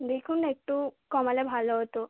দেখুন না একটু কমালে ভালো হতো